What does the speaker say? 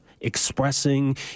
expressing